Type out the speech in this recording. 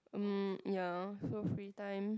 mm ya so free time